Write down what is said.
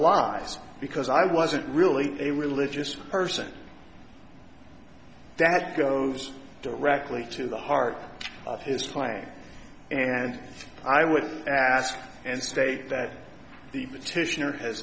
lies because i wasn't really a religious person that goes directly to the heart of his plan and i would ask and state that the petitioner has